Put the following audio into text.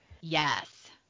Yes